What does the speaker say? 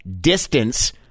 Distance